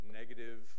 negative